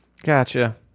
Gotcha